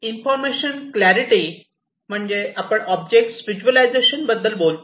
information clarity म्हणजे आपण objects visualisation बद्दल बोलतो